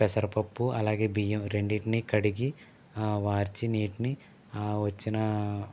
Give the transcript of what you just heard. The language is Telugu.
పెసరపప్పు అలాగే బియ్యం రెండింటిని కడిగి వార్చి నీటిని వచ్చిన